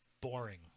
boring